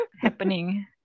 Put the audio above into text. happening